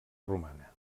romana